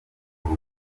rugo